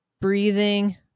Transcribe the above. breathing